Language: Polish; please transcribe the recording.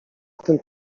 tym